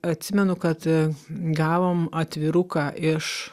atsimenu kad gavom atviruką iš